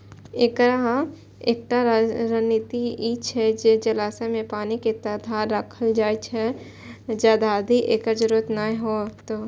एकर एकटा रणनीति ई छै जे जलाशय मे पानि के ताधरि राखल जाए, जाधरि एकर जरूरत नै हो